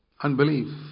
Unbelief